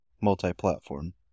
multi-platform